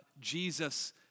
Jesus